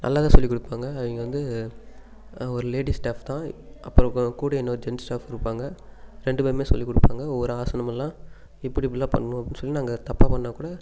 நல்லா தான் சொல்லிக் கொடுப்பாங்க அவங்க வந்து ஒரு லேடீஸ் ஸ்டாப் தான் அப்புறம் கூட இன்னொரு ஜென்ஸ் ஸ்டாப் இருப்பாங்கள் ரெண்டு பேருமே சொல்லிக் கொடுப்பாங்க ஒரு ஒரு ஆசனமெல்லாம் இப்படி இப்படிலா பண்ணனும் அப்படின்னு சொல்லி நாங்கள் தப்பாக பண்ணால் கூட